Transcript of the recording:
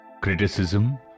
criticism